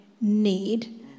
need